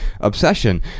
obsession